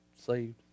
saved